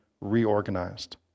reorganized